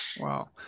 wow